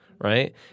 right